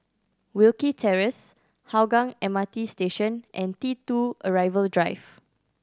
Wilkie Terrace Hougang M R T Station and T Two Arrival Drive